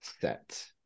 set